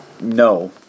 no